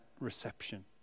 reception